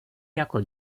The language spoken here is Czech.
jako